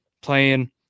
playing